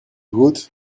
woot